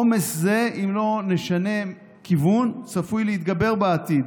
עומס זה, אם לא נשנה כיוון, צפוי להתגבר בעתיד,